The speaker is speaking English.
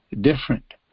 different